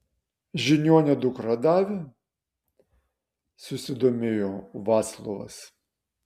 žiniuonio dukra davė susidomėjo vaclovas